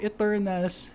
Eternals